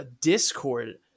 discord